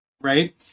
right